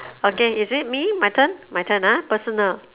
okay is it me my turn my turn ah personal